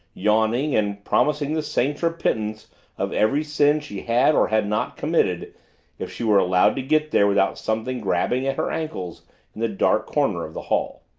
yawning and promising the saints repentance of every sin she had or had not committed if she were allowed to get there without something grabbing at her ankles in the dark corner of the hall.